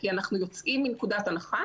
כי אנחנו יוצאים מנקודת הנחה